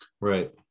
right